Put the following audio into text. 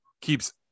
keeps